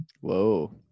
Whoa